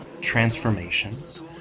Transformations